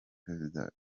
perezida